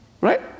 right